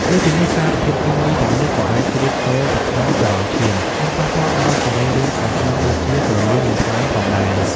លើសពីនេះ សារធាតុគីមីទាំងនេះក៏អាចជ្រាបចូលទៅក្នុងចរន្តឈាម និងប៉ះពាល់ដល់សរីរាង្គខាងក្នុងដូចជា ក្រលៀន និងថ្លើមផងដែរ។